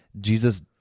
Jesus